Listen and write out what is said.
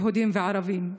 יהודים וערבים.